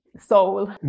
soul